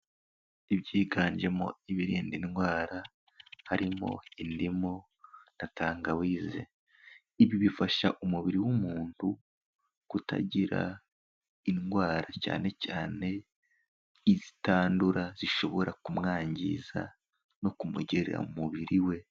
Ibyiganjemo ibirinda indwara, harimo indimu na tangawise. Ibi bifasha umubiri w'umuntu, kutagira indwara cyane cyane, izitandura zishobora kumwangiza no kumugera mu mubiri we.